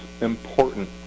important